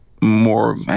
more